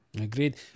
Agreed